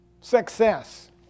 success